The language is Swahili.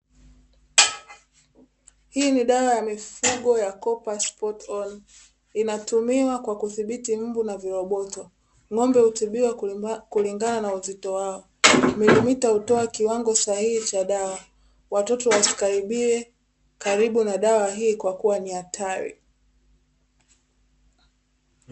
Hii ni dawa ya mfugo ya "coopers spoton" inatumiwa kwa kuthibiti mbu na viroboto, ng'ombe hutibiwa kulingana na uzito wao, milimita hutoa kiwango sahihi cha dawa. Watoto wasikaribie karibu na dawa hii kwa kuwa ni hatari .